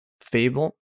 fable